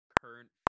current